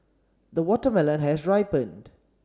the watermelon has ripened